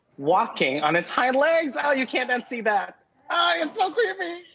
walking on its hind legs. oh, you can't unsee that. oh, it's so creepy.